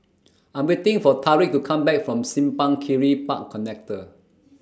I'm waiting For Tariq to Come Back from Simpang Kiri Park Connector